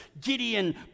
Gideon